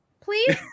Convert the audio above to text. Please